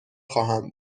خواهم